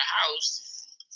house